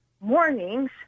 mornings